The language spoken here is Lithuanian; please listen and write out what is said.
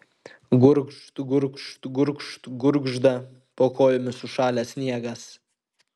gurgžt gurgžt gurgžt gurgžda po kojomis sušalęs sniegas